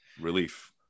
Relief